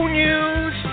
news